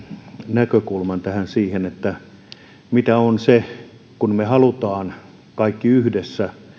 näkökulman siihen mitä on se kun me haluamme kaikki yhdessä